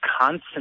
constant